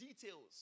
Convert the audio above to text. details